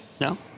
No